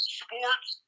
sports